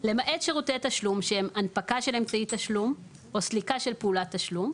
"למעט שירותי תשלום שהם הנפקה של אמצעי תשלום או סליקה של פעולת תשלום",